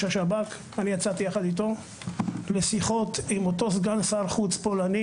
השב"כ אני יצאתי יחד איתו - לשיחות עם אותו סגן שר חוץ פולני,